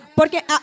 porque